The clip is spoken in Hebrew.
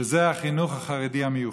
שזה החינוך החרדי המיוחד.